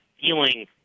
feeling